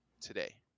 today